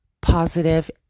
positive